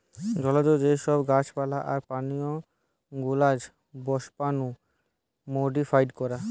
জলজ যে সব গাছ পালা আর প্রাণী গুলার বংশাণু মোডিফাই করা